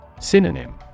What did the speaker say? synonym